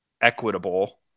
equitable